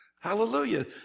Hallelujah